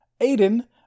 Aiden